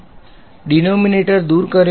વિદ્યાર્થી ડીનોમીનેટર દૂર કર્યો